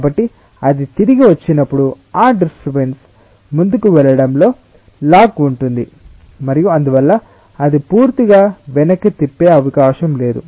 కాబట్టి అది తిరిగి వచ్చినప్పుడు ఆ డిస్టర్బెన్స్ ముందుకు వెళ్ళడం లో లాగ్ ఉంటుంది మరియు అందువల్ల అది పూర్తిగా వెనక్కి తిప్పే అవకాశం లేదు